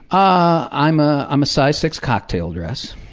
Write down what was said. ah i'm ah um a size six cocktail dress,